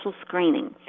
screening